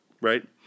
right